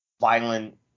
violent